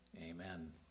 Amen